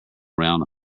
round